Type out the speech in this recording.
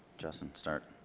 justin start